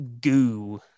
goo